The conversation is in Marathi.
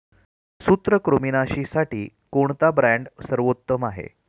सूत्रकृमिनाशीसाठी कोणता ब्रँड सर्वोत्तम आहे?